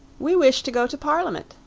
we wish to go to parliament,